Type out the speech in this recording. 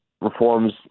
reforms